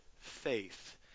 faith